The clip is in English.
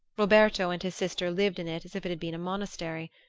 roberto and his sister lived in it as if it had been a monastery,